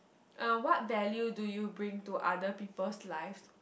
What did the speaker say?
uh what value do you bring to other people's lives